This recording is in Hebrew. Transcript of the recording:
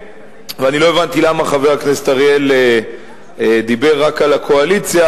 ואני לא הבנתי למה חבר הכנסת אריאל דיבר רק על הקואליציה.